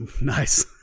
nice